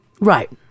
Right